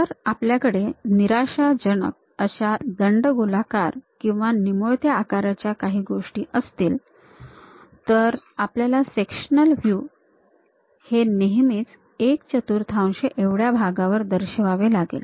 जर आपल्याकडे निराशाजनक अशा दंडगोलाकार किंवा निमुळत्या आकाराच्या काही गोष्टी असतील तर आपल्याला सेक्शनल व्ह्यू हे नेहमीच एक चतुर्थांश एवढ्याच भागावर दर्शवावे लागतात